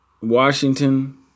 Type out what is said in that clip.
Washington